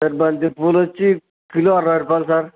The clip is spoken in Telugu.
సార్ బంతి పూలు వచ్చి కిలో అరవై రూపాయలు సార్